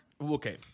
okay